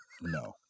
No